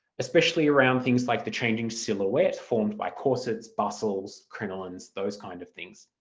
especially around things like the changing silhouette formed by corsets, bustles, crinolines, those kinds of things.